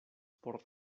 por